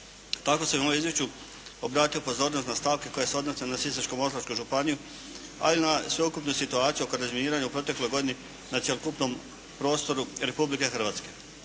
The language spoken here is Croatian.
Tako sam u ovom izvješću obratio pozornost na stavke koje se odnose na Sisačko-moslavačku županiju, ali i na sveukupnu situaciju oko razminiranja u protekloj godini na cjelokupnom prostoru Republike Hrvatske.